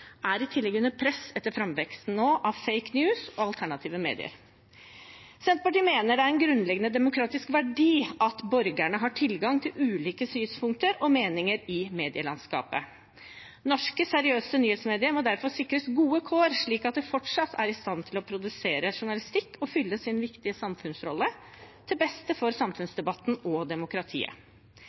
i tillegg under press etter framveksten av «fake news» og alternative medier. Senterpartiet mener det er en grunnleggende demokratisk verdi at borgerne har tilgang til ulike synspunkter og meninger i medielandskapet. Norske, seriøse nyhetsmedier må derfor sikres gode kår, slik at de fortsatt er i stand til å produsere journalistikk og fylle sin viktige samfunnsrolle, til beste for samfunnsdebatten og demokratiet.